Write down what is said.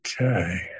Okay